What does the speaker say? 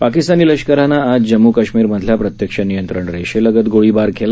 पाकिस्तानी लष्करानं आज जम्मू काश्मीरमधील प्रत्यक्ष नियंत्रण रेषेलगत गोळीबार केला